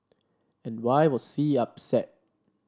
and why was C upset